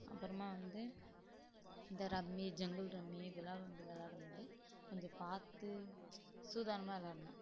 அப்புறமா வந்து இந்த ரம்மி ஜங்குள் ரம்மி இதெலாம் வந்து விளாடமோது கொஞ்சம் பார்த்து சூதானமாக விளாடணும்